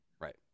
Right